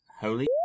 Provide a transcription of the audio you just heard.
holy